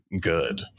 good